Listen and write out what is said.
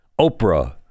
oprah